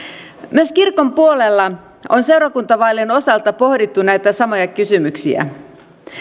myös kirkon puolella on seurakuntavaalien osalta pohdittu näitä samoja kysymyksiä